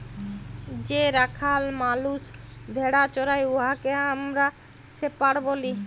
যে রাখাল মালুস ভেড়া চরাই উয়াকে আমরা শেপাড় ব্যলি